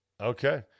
Okay